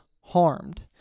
harmed